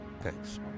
Thanks